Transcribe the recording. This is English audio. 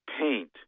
paint